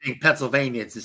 Pennsylvania